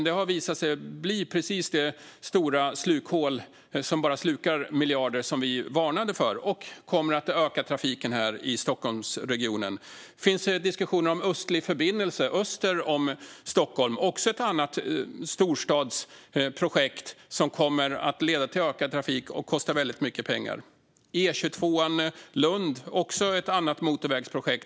Det har visat sig bli det stora hål som bara slukar miljarder, som vi varnade för, och det kommer att öka trafiken i Stockholmsregionen. Det finns diskussioner om Östlig förbindelse öster om Stockholm - också ett storstadsprojekt som kommer att leda till ökad trafik och kosta mycket pengar.